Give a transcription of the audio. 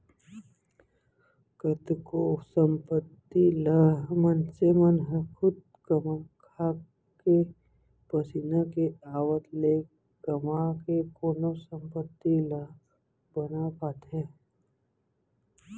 कतको संपत्ति ल मनसे मन ह खुद कमा खाके पसीना के आवत ले कमा के कोनो संपत्ति ला बना पाथे